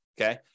Okay